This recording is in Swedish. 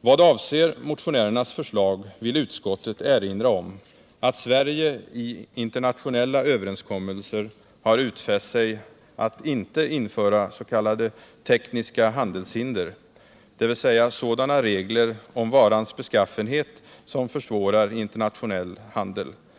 ”Vad avser motionärernas förslag vill utskottet erinra om att Sverige i internationella överenskommelser har utfäst sig att inte införa s.k. tekniska handelshinder, dvs. sådana regler om varans beskaffenhet som försvårar internationell handel.